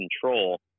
control